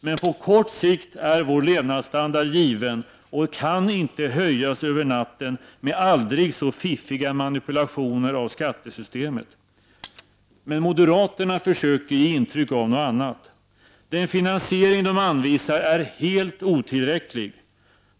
Men på kort sikt är vår levnadsstandard given och kan inte höjas över natten med aldrig så fiffiga manipulationer av skattesystemet. Moderaterna försöker ge intryck av något annat. Den finansiering de anvisar är helt otillräcklig.